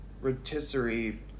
rotisserie